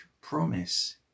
promise